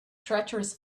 treacherous